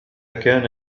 كان